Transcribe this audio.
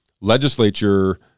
legislature